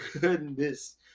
goodness